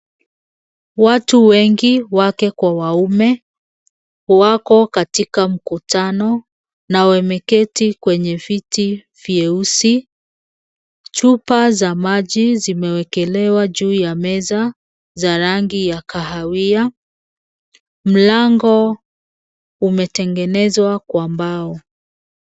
Watu wengi wake kwa waume, wako katika mkutano na wameketi kwenye viti vyeusi. Chupa za maji zimewekelewa juu ya meza za rangi ya kahawia. Mlango umetengenezwa kwa mbao.